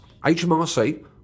HMRC